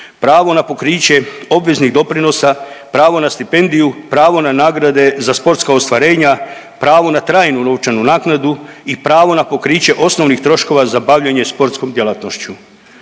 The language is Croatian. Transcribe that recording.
pravo na pokriće obveznih doprinosa, pravo na stipendiju, pravo na nagrade za sportska ostvarenja, pravo na trajnu novčanu naknadu i pravo na pokriše osnovnih troškova za bavljenje sportskom djelatnošću.